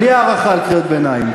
בלי הארכה על קריאות ביניים.